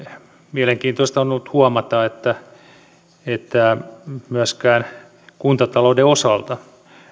mielenkiintoista on ollut huomata että että myöskään kuntatalouden osalta